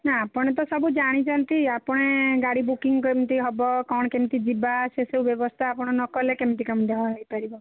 ନା ଆପଣ ତ ସବୁ ଜାଣିଛନ୍ତି ଆପଣ ଗାଡ଼ି ବୁକିଙ୍ଗ୍ କେମିତି ହେବ କ'ଣ କେମିତି ଯିବା ସେସବୁ ବ୍ୟବସ୍ଥା ଆପଣ ନକଲେ କେମିତି କେମିତି ହୋଇପାରିବ